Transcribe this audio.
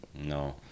No